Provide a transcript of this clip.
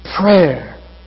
prayer